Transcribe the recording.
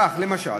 כך, למשל,